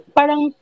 parang